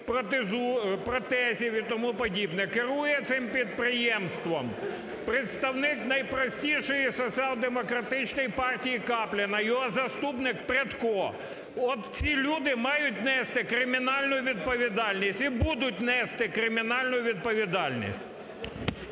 протезів і тому подібне. Керує цим підприємством представник найпростішої Соціал-демократичної партії Каплін, а його заступник Прядко. От ці люди мають нести кримінальну відповідальність і будуть нести кримінальну відповідальність!